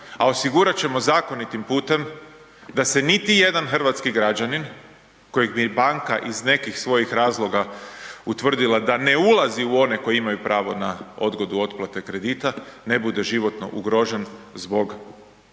a osigurat ćemo zakonitim putem da se niti jedan hrvatski građanin kojeg bi banka iz nekih svojih razloga utvrdila da ne ulazi u one koji imaju pravo na odgodu otplate kredita ne bude životno ugrožen zbog situacije